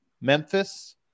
Memphis